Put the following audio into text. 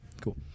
Cool